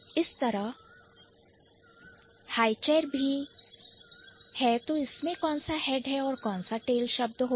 इसी तरह High chair high chair में भी कौन सा शब्द Head है और कौन सा शब्द tail होगा